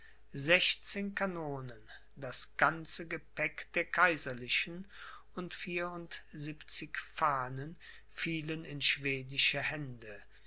sechszehn kanonen das ganze gepäck der kaiserlichen und vierundsiebzig fahnen fielen in schwedische hände